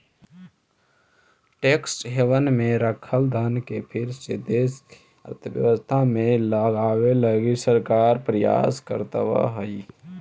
tax haven में रखल धन के फिर से देश के अर्थव्यवस्था में लावे लगी सरकार प्रयास करीतऽ हई